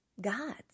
God's